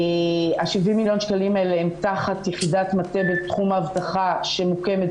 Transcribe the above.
70 מיליון השקלים האלה הם תחת יחידת מטה בתחום האבטחה שמוקמת